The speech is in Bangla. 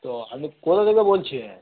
তো আপনি কোথা থেকে বলছেন